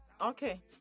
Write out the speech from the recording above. Okay